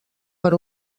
per